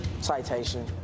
Citation